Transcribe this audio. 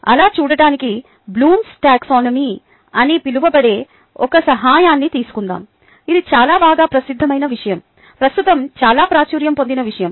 అలా చేయడానికి Bloom's taxonomy Taxonomyఅని పిలువబడే ఒక సహాయాన్ని తీసుకుందాం ఇది చాలా బాగా ప్రసిద్దమైన విషయం ప్రస్తుతం చాలా ప్రాచుర్యం పొందిన విషయం